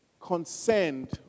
concerned